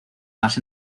más